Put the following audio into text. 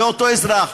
לאותו אזרח.